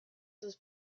was